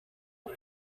are